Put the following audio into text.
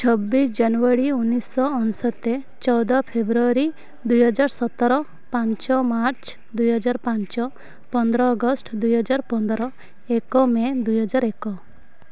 ଛବିଶ ଜାନୁଆରୀ ଉଣେଇଶ ଶହ ଅନ୍ୱେସତ ଚଉଦ ଫେବୃଆରୀ ଦୁଇହଜାର ସତର ପାଞ୍ଚ ମାର୍ଚ୍ଚ ଦୁଇହଜାର ପାଞ୍ଚ ପନ୍ଦର ଅଗଷ୍ଟ ଦୁଇହଜାର ପନ୍ଦର ଏକ ମେ ଦୁଇହଜାର ଏକ